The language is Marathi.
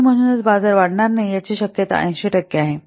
आणि म्हणूनच बाजार वाढणार नाही याची शक्यता 80 टक्के आहे